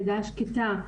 לידה שקטה,